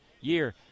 year